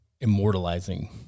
immortalizing